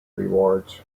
rewards